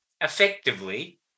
effectively